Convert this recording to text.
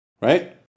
right